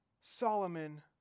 Solomon